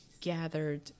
gathered